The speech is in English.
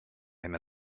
him